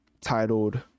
titled